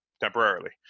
temporarily